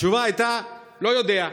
התשובה הייתה: לא יודע.